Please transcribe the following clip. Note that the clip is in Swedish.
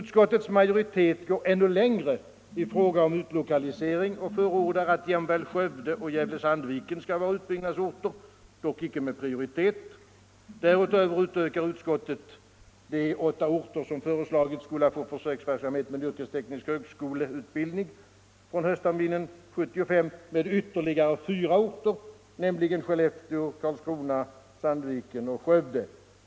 Utskottets majoritet går ännu längre i fråga om utlokalisering och förordar att jämväl Skövde och Gävle/Sandviken skall vara utbyggnadsorter, dock icke med prioritet. Därutöver utökar utskottet de åtta orter, som föreslagits få försöksverksamhet med yrkesteknisk högskoleutbildning från höstterminen 1975, med ytterligare fyra orter, nämligen Skellefteå, Karlskrona, Sandviken och Skövde.